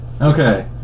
Okay